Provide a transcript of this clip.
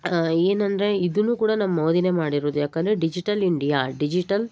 ಏನೆಂದರೆ ಇದನ್ನು ಕೂಡ ನಮ್ಮ ಮೋದಿಯೇ ಮಾಡಿರೋದು ಯಾಕೆಂದರೆ ಡಿಜಿಟಲ್ ಇಂಡಿಯಾ ಡಿಜಿಟಲ್